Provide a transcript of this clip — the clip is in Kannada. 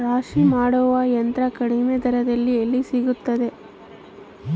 ರಾಶಿ ಮಾಡುವ ಯಂತ್ರ ಕಡಿಮೆ ದರದಲ್ಲಿ ಎಲ್ಲಿ ಸಿಗುತ್ತದೆ?